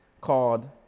called